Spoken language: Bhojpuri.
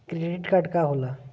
क्रेडिट कार्ड का होला?